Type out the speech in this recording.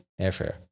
airfare